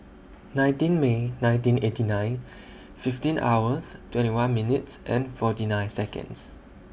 nineteen May nineteen eighty nine fifteen hours twenty one minutes and forty nine Seconds